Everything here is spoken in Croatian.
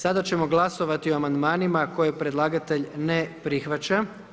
Sada ćemo glasovati o Amandmanima koje predlagatelj ne prihvaća.